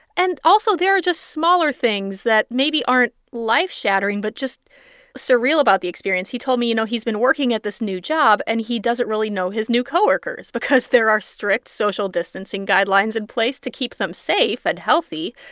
and also, there are just smaller things that maybe aren't life-shattering but just surreal about the experience. he told me, you know, he's been working at this new job, and he doesn't really know his new co-workers because there are strict social distancing guidelines in place to keep them safe and healthy.